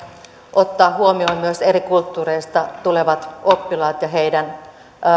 ottaa huomioon myös eri kulttuureista tulevat oppilaat ja heidän